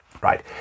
Right